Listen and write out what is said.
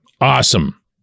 awesome